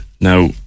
Now